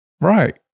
Right